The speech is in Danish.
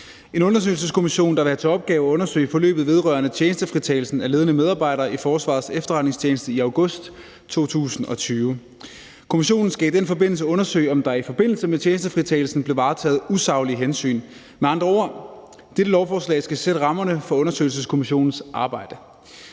en undersøgelseskommission, der vil have til opgave at undersøge forløbet vedrørende tjenestefritagelsen af ledende medarbejdere i Forsvarets Efterretningstjeneste i august 2020. Kommissionen skal i den forbindelse undersøge, om der i forbindelse med tjenestefritagelsen blev varetaget usaglige hensyn. Med andre ord skal dette lovforslag sætte rammerne for undersøgelseskommissionens arbejde.